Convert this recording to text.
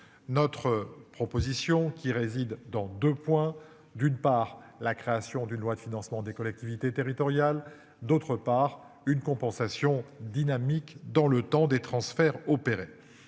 notre proposition qui réside dans deux points, d'une part la création d'une loi de financement des collectivités territoriales d'autre part une compensation dynamique dans le temps des transferts opérés.